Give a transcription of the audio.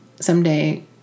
someday